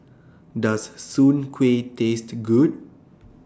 Does Soon Kueh Taste Good